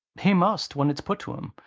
he must, when it's put to him,